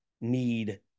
need